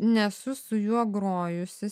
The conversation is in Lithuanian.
nesu su juo grojusi